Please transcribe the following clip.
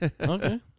Okay